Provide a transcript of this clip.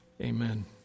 Amen